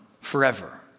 forever